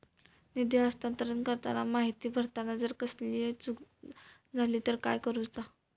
निधी हस्तांतरण करताना माहिती भरताना जर कसलीय चूक जाली तर काय करूचा?